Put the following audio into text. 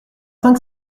cinq